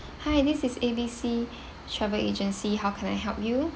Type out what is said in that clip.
hi this is A B C travel agency how can I help you